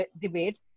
debate